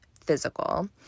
physical